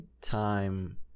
time